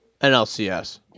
NLCS